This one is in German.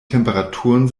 temperaturen